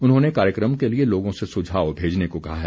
उन्होंने कार्यक्रम के लिए लोगों से सुझाव भेजने को कहा है